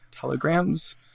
telegrams